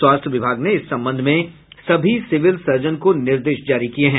स्वास्थ्य विभाग ने इस संबंध में सभी सिविल सर्जन को निर्देश जारी किया है